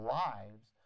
lives